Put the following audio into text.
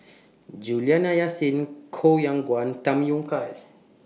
Juliana Yasin Koh Yong Guan Tham Yui Kai